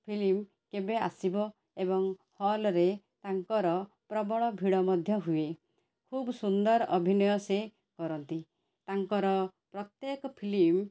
film କେବେ ଆସିବ ଏବଂ ହଲ୍ରେ ତାଙ୍କର ପ୍ରବଳ ଭିଡ଼ ମଧ୍ୟ ହୁଏ ଖୁବ ସୁନ୍ଦର ଅଭିନୟ ସେ କରନ୍ତି ତାଙ୍କର ପ୍ରତ୍ୟେକ ଫିଲ୍ମ୍